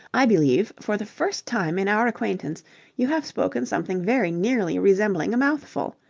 i believe for the first time in our acquaintance you have spoken something very nearly resembling a mouthful.